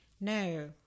No